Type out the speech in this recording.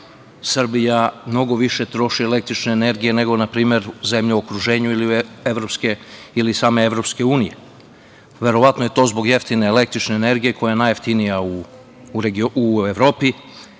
Srbija mnogo više troši električne energije, nego na primer zemlje u okruženju ili same EU. Verovatno je to zbog jeftine električne energije, koja je najjeftinija u Evropi,